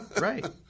right